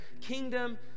kingdom